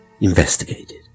investigated